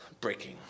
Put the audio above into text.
breaking